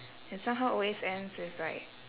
it somehow always ends with like